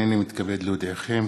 הנני מתכבד להודיעכם,